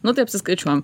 nu tai apsiskaičiuojam